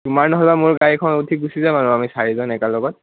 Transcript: তোমাৰ নহ'লে মোৰ গাড়ীত উঠি গুচি যাম আৰু আমি চাৰিজন একেলগত